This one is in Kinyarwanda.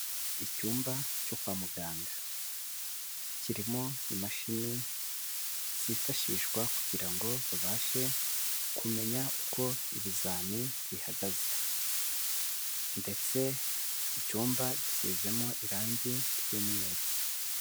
Icyumba cyo kwa muganga, kirimo imashini zifashishwa kugirango babashe kumenya uko ibizami bihagaze, ndetse iki cyumba gisizemo irangi ry'umweru.